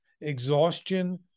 exhaustion